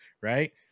right